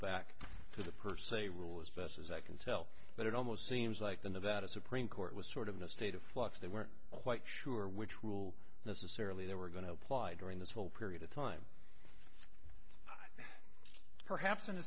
back to the per se rule as best as i can tell but it almost seems like the nevada supreme court was sort of in a state of flux they weren't quite sure which rule necessarily they were going to apply during this whole period of time perhaps in